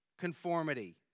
conformity